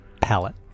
palette